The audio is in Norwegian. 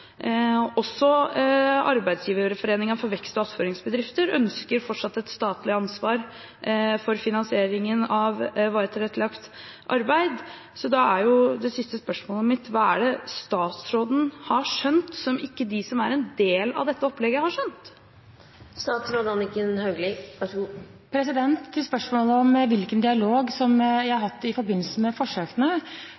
Også Arbeidsgiverforeningen for Vekst- og attføringsbedrifter ønsker fortsatt et statlig ansvar for finansieringen av varig tilrettelagt arbeid. Så da er det siste spørsmålet mitt: Hva er det statsråden har skjønt som ikke de som er en del av dette opplegget, har skjønt? Til spørsmålet om hvilken dialog jeg har hatt i forbindelse med forsøkene: Vi har ikke hatt noen dialog